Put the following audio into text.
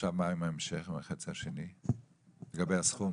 מה עם ההמשך, עם החצי השני לגבי הסכום?